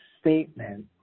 statement